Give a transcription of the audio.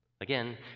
Again